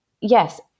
yes